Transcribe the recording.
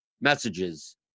messages